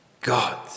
God